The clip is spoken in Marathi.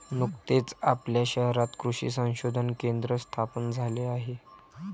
नुकतेच आपल्या शहरात कृषी संशोधन केंद्र स्थापन झाले आहे